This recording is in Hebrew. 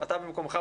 אתה במקומך,